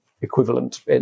equivalent